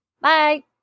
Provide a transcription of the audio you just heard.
Bye